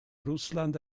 russland